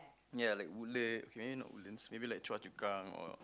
yea like Woodlands okay maybe not Woodlands maybe like Chua-Chu-Kang or